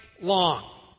long